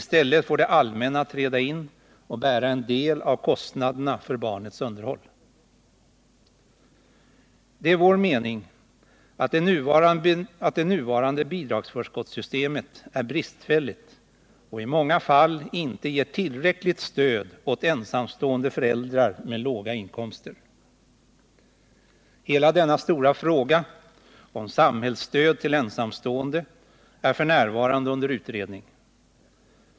I stället får det allmänna träda in och bära en del av kostnaderna för barnets underhåll. Det är vår mening att det nuvarande bidragsförskottssystemet är bristfälligt och i många fall inte ger tillräckligt stöd åt ensamstående föräldrar med låga inkomster. Hela denna stora fråga om samhällsstöd till ensamstående är f. n. under utredning.